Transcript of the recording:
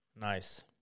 Nice